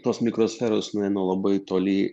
tos mikrosferos nueina labai toli